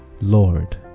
Lord